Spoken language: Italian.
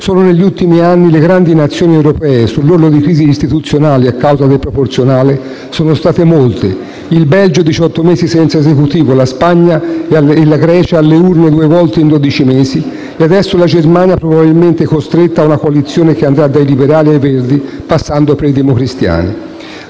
Solo negli ultimi anni, le grandi nazioni europee sull'orlo di crisi istituzionali a causa del proporzionale sono state molte: il Belgio per diciotto mesi non ha avuto Esecutivo; la Spagna e la Grecia sono andate alle urne due volte in dodici mesi e adesso la Germania probabilmente sarà costretta a una coalizione che andrà dai liberali ai verdi, passando per i democristiani.